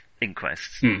inquests